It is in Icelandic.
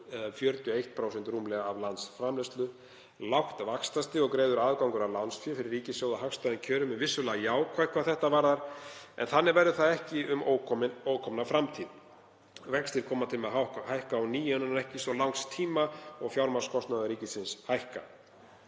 eða rúmlega 41% af landsframleiðslu. Lágt vaxtastig og greiður aðgangur að lánsfé fyrir ríkissjóð á hagstæðum kjörum er vissulega jákvætt hvað þetta varðar en þannig verður það ekki um ókomna framtíð. Vextir koma til með að hækka á ný innan ekki svo langs tíma og fjármagnskostnaður ríkisins mun hækka.